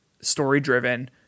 story-driven